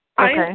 Okay